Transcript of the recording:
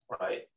right